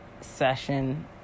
session